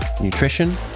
nutrition